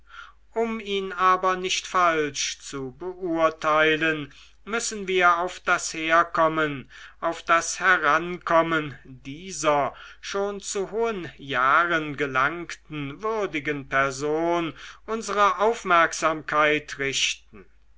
um ihn aber nicht falsch zu beurteilen müssen wir auf das herkommen auf das herankommen dieser schon zu hohen jahren gelangten würdigen person unsere aufmerksamkeit richten